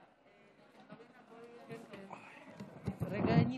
אדוני היושב-ראש,